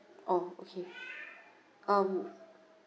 oh okay um